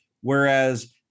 Whereas